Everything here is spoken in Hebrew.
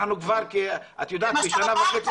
אנחנו כבר כשנה וחצי